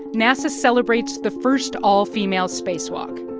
nasa celebrates the first all-female spacewalk.